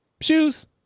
shoes